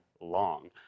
long